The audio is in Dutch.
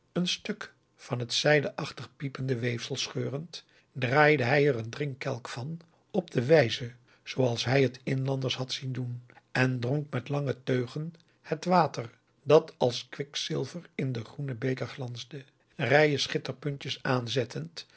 een stuk van het zijde achtig piepende weefsel scheurend draaide hij er een drinkkelk van op de wijze zooals hij het inlanders had zien doen en dronk met lange teugen het water augusta de wit orpheus in de dessa dat als kwikzilver in den groenen beker glansde rijen schitterpuntjes aanzettend